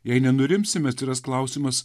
jei nenurimsime atsiras klausimas